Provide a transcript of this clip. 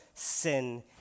Sin